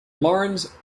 laurens